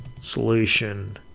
solution